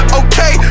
okay